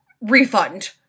refund